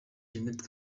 jeannette